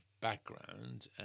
background